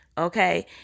Okay